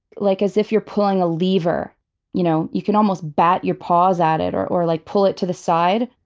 like as if you're pulling a lever. like you know, you can almost bat your paws at it, or or like, pull it to the side.